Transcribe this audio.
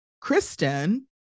Kristen